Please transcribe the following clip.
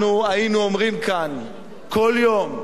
אנחנו היינו אומרים כאן כל יום,